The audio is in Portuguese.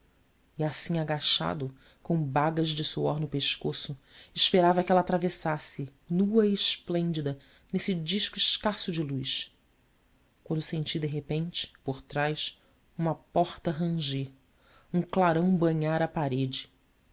e assim agachado com bagas de suor no pescoço esperava que ela atravessasse nua e esplêndida nesse disco escasso de luz quando senti de repente por trás uma porta ranger um clarão banhar a parede